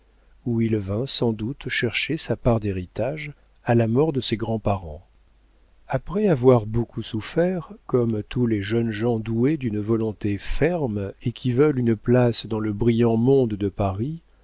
où il vint sans doute chercher sa part d'héritage à la mort de ses grands-parents après avoir beaucoup souffert comme tous les jeunes gens doués d'une volonté ferme et qui veulent une place dans le brillant monde de paris